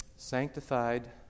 Sanctified